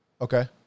Okay